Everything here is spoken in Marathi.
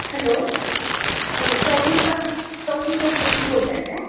हॅलो चौघुले कन चौघुले कन्स्ट्रक्शन बोलताय काय